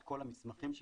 את כל המסמכים שלו,